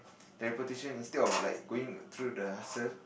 teleportation instead of like going through the hussle